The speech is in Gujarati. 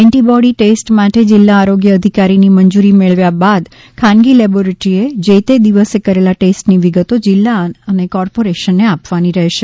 એન્ટીબોડી ટેસ્ટ માટે જિલ્લા આરોગ્ય અધિકારીની મંજુરી મેળવ્યા બાદ ખાનગી લેબોરેટરીએ જે તે દિવસે કરેલા ટેસ્ટની વિગતો જિલ્લા અથા કોર્પોરેશનને આપવાની રહેશે